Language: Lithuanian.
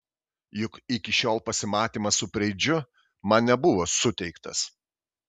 juk iki šiol pasimatymas su preidžiu man nebuvo suteiktas